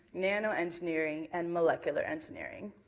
nanoengineering and molecular engineering.